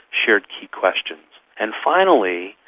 shared key questions. and finally,